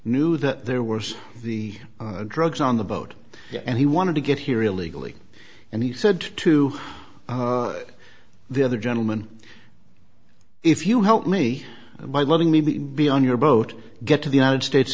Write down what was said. knew that there were the drugs on the boat and he wanted to get here illegally and he said to the other gentleman if you help me and my loving me be on your boat get to the united states